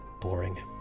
boring